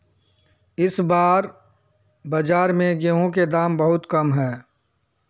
इस बार बाजार में गेंहू के दाम बहुत कम है?